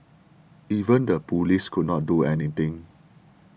even the police could not do anything